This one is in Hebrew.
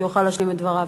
שיוכל להשלים את דבריו.